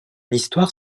histoire